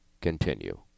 continue